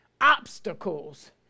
obstacles